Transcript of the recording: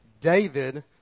David